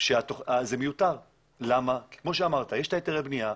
ואמרנו שזה מיותר כי כמו שאמרת יש את התרי הבנייה,